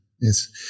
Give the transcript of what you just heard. Yes